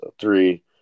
three